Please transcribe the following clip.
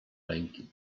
ręki